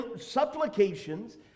supplications